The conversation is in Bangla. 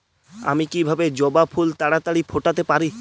আমি কিভাবে জবা ফুল তাড়াতাড়ি ফোটাতে পারি?